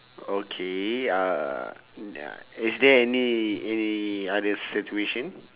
okay uh ya is there any any other situation